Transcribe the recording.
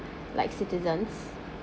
like citizens